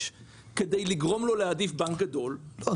וזה יגרום לו להעדיף בנק גדול --- אה,